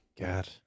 God